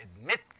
admit